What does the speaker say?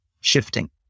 shifting